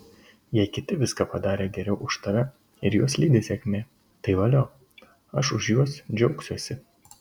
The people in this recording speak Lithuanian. jei kiti viską padarė geriau už tave ir juos lydi sėkmė tai valio aš už juos džiaugsiuosi